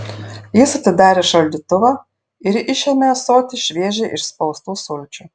jis atidarė šaldytuvą ir išėmė ąsotį šviežiai išspaustų sulčių